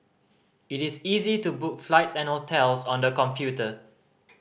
it is easy to book flights and hotels on the computer